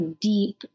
deep